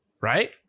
right